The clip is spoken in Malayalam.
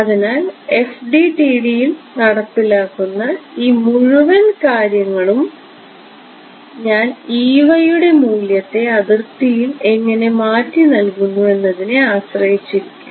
അതിനാൽ FDTD യിൽ നടപ്പിലാക്കുന്ന ഈ മുഴുവൻ കാര്യങ്ങളും ഞാൻ യുടെ മൂല്യത്തെ അതിർത്തിയിൽ എങ്ങനെ മാറ്റി നൽകുന്നു എന്നതിനെ ആശ്രയിച്ചിരിക്കും